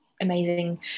Amazing